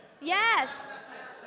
Yes